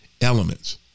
elements